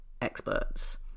experts